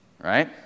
Right